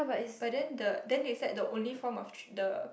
but then the then they said the only form of trea~ the